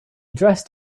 dressed